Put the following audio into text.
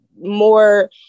more